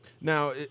Now